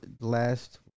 last